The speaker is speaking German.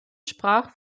sprach